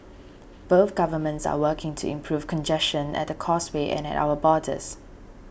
both governments are working to improve congestion at the Causeway and at our borders